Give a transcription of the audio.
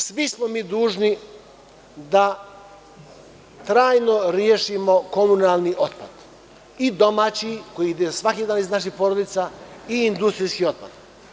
Svi smo mi dužni da trajno rešimo komunalni otpad, i domaći koji ide svaki dan iz naših porodica, i industrijski otpad.